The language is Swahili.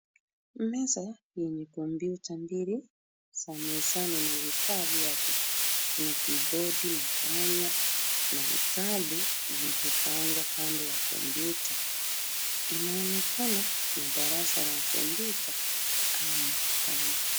Meza yenye kompyuta mbili za mezani na vifaa vyake. Kuna kibodi na panya na vitabu ilivyopangwa kando ya kompyuta. Inaonekana ni darasa la kompyuta au maktaba.